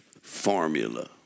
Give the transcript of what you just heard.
formula